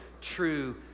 true